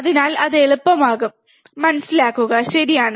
അതിനാൽ അത് എളുപ്പമാകും മനസ്സിലാക്കുക ശരിയാണ്